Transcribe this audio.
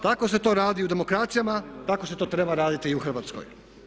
Tako se to radi u demokracijama, tako se to treba raditi i u Hrvatskoj.